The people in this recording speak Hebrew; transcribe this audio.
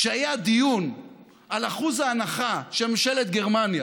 כשהיה הדיון על אחוז ההנחה שממשלת גרמניה